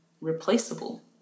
replaceable